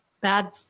bad